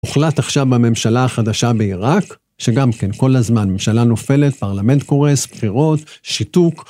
הוחלט עכשיו בממשלה החדשה בעיראק, שגם כן כל הזמן ממשלה נופלת, פרלמנט קורס, בחירות, שיתוק.